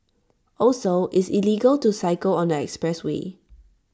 also it's illegal to cycle on the expressway